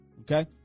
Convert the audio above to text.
Okay